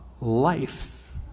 life